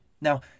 Now